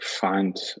find